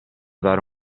dare